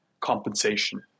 compensation